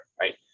right